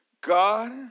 God